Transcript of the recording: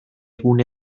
gune